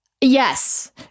Yes